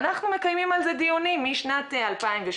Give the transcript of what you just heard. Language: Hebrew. ואנחנו מקיימים על זה דיונים משנת 2008,